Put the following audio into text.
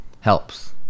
helps